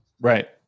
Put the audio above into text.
Right